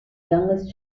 youngest